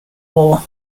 war